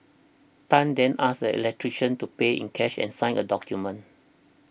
Tan then asked the electrician to pay in cash and sign a document